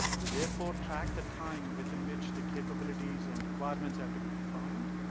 we therefore track the time with in which the capabilities and requirements have to be defined.